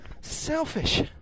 Selfish